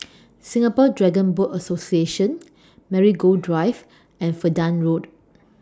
Singapore Dragon Boat Association Marigold Drive and Verdun Road